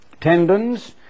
tendons